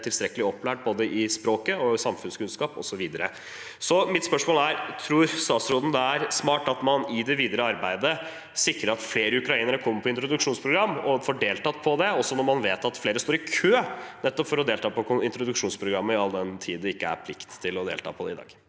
tilstrekkelig opplært, både i språk, i samfunnskunnskap, osv. Mitt spørsmål er: Tror statsråden det er smart at man i det videre arbeidet sikrer at flere ukrainere kommer med på introduksjonsprogrammet og får deltatt i det, også når man vet at flere står i kø nettopp for å delta i introduksjonsprogrammet, all den tid det ikke er plikt til å delta i det i dag?